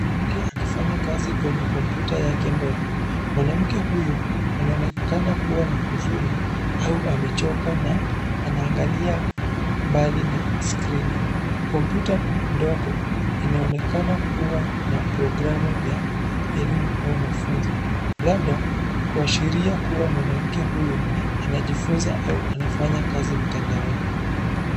Mwanamke akifanya kazi kwenye kompyuta yake ndogo. Mwanamke huyu, anaonekana kuwa na huzuni, au amechoka na anaangalia mbali na skrini. Kompyuta ndogo inaonekana kuwa na programu ya elimu au mafunzo, labda, kuashiria kuwa mwanamke huyo anajifunza au anafanya kazi mtandaoni.